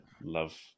love